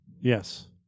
Yes